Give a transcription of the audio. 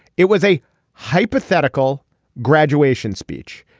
it was a hypothetical graduation speech.